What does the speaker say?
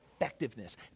effectiveness